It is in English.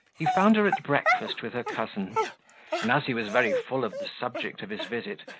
he found her at breakfast with her cousin and, as he was very full of the subject of his visit,